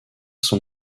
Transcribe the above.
son